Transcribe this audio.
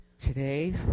Today